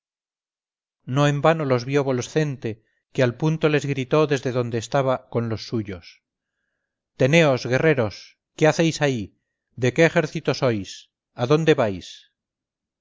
no en vano los vio volscente que al punto les gritó desde donde estaba con los suyos teneos guerreros qué hacéis ahí de que ejército sois adónde vais